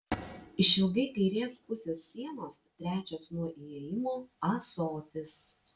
išilgai kairės pusės sienos trečias nuo įėjimo ąsotis